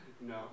No